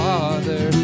Father